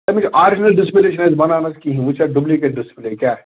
تمِچ original display چھِ نہٕ اَسہِ بنان حظ کِہیٖنٛۍ وۄنۍ چھِ اَتھ ڈُبلِکیٹ ڈِسپلے کیٛاہ